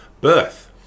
birth